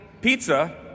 pizza